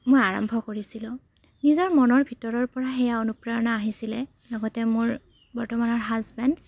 মই আৰম্ভ কৰিছিলোঁ নিজৰ মনৰ ভিতৰৰ পৰা সেয়া অনুপ্ৰেৰণা আহিছিলে লগতে মোৰ বৰ্তমানৰ হাজবেণ্ড